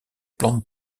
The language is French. plantes